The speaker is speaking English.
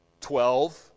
Twelve